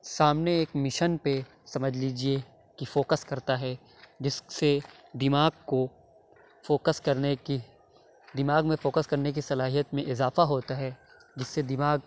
سامنے ایک مشن پہ سمجھ لیجیے کہ فوکس کرتا ہے جس سے دماغ کو فوکس کرنے کی دماغ میں فوکس کرنے کی صلاحیت میں اضافہ ہوتا ہے جس سے دماغ